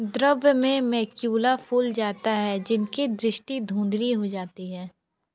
द्रव्य में मैक्युला फूल जाता है जबकि दृष्टि धुंधली हो जाती है